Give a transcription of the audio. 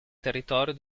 territorio